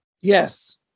Yes